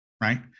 right